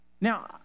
Now